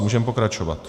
Můžeme pokračovat.